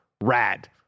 rad